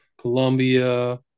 colombia